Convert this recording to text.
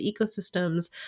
ecosystems